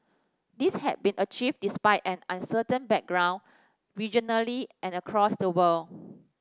this has been achieved despite an uncertain background regionally and across the world